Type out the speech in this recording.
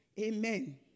Amen